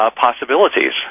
possibilities